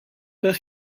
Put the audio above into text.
vers